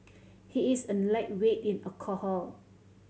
he is a lightweight in alcohol